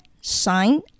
sign